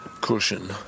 cushion